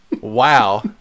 Wow